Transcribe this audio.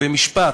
במשפט,